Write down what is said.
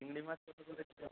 চিংড়ি মাছ কত করে কিলো